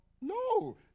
No